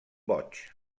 boig